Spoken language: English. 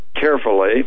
carefully